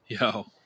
yo